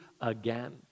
again